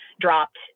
dropped